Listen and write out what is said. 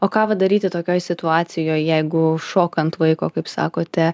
o ką va daryti tokioj situacijoj jeigu šoka ant vaiko kaip sakote